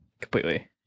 completely